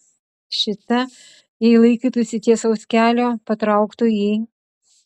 šita jei laikytųsi tiesaus kelio patrauktų į